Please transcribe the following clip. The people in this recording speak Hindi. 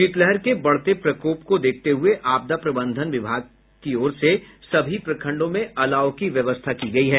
शीतलहर के बढ़ते प्रकोप को देखते हुये आपदा प्रबंधन विभाग की और से सभी प्रखंडों में अलाव की व्यवस्था की गयी है